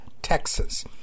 Texas